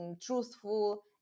truthful